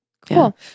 Cool